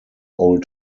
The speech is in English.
all